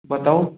बताऊँ